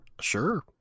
Sure